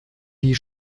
die